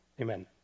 Amen